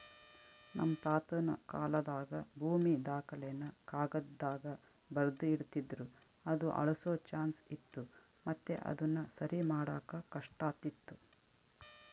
ನಮ್ ತಾತುನ ಕಾಲಾದಾಗ ಭೂಮಿ ದಾಖಲೆನ ಕಾಗದ್ದಾಗ ಬರ್ದು ಇಡ್ತಿದ್ರು ಅದು ಅಳ್ಸೋ ಚಾನ್ಸ್ ಇತ್ತು ಮತ್ತೆ ಅದುನ ಸರಿಮಾಡಾಕ ಕಷ್ಟಾತಿತ್ತು